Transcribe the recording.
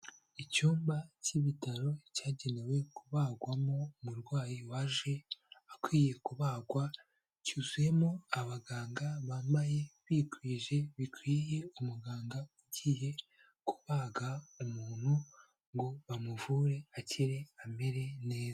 Icyumba cy'ibitaro cyagenewe kubagwamo umurwayi waje akwiye kubagwa, cyuzuyemo abaganga bambaye bikwije bikwiye umuganga ugiye kubaga umuntu ngo bamuvure akire amere neza.